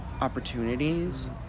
opportunities